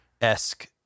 esque